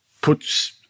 puts